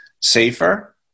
safer